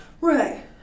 Right